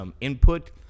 Input